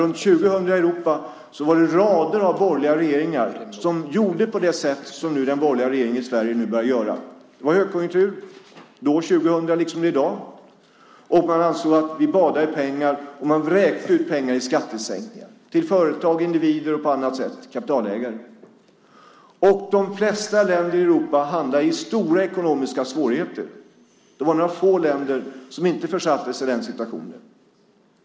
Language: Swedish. Runt 2000 var det rader av borgerliga regeringar som gjorde på det sätt som nu den borgerliga regeringen i Sverige börjar göra. Det var högkonjunktur 2000 liksom i dag. Man ansåg att man badade i pengar och vräkte ut pengar på skattesänkningar för företag, individer och kapitalägare och på annat sätt. De flesta länder i Europa hamnade i stora ekonomiska svårigheter. Det var några få länder som inte försatte sig i den situationen.